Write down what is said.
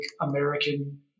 American